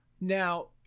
now